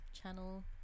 channel